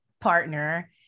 partner